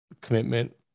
commitment